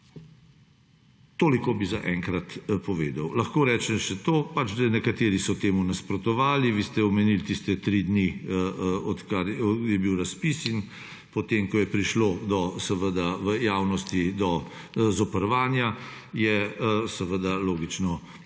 Toliko bi zaenkrat povedal. Lahko rečem še to, da nekateri so temu nasprotovali, vi ste omenili tiste tri dni, odkar je bil razpis, in potem ko je prišlo seveda v javnosti do »zopervanja«, je seveda – logično